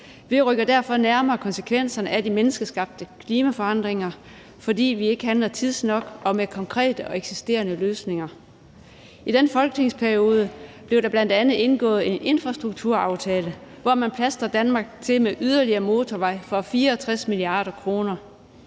Vi rykker derfor nærmere konsekvenserne af de menneskeskabte klimaforandringer, fordi vi ikke handler tidsnok og med konkrete og eksisterende løsninger. I denne folketingsperiode blev der bl.a. indgået en infrastrukturaftale, hvor man plastrer Danmark til med yderligere motorveje for 64 mia. kr.,